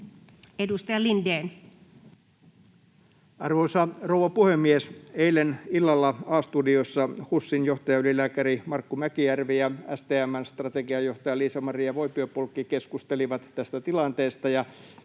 14:14 Content: Arvoisa rouva puhemies! Eilen illalla A-studiossa HUSin johtajaylilääkäri Markku Mäkijärvi ja STM:n strategiajohtaja Liisa-Maria Voipio-Pulkki keskustelivat tästä tilanteesta,